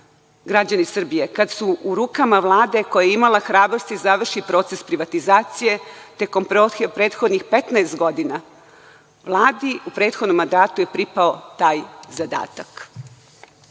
građani Srbije, kada su u rukama Vlade koja je imala hrabrosti da završi proces privatizacije tokom prethodnih 15 godina. Vladi u prethodnom mandatu je pripao taj zadatak. Ove